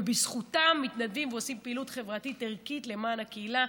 ובזכותם מתנדבים ועושים פעילות חברתית ערכית למען הקהילה.